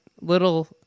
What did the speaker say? little